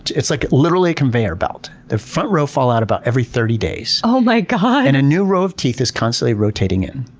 it's like, literally a conveyor belt. the front row fall out about every thirty days um like um ah and a new row of teeth is constantly rotating in.